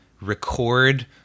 record